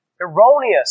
erroneous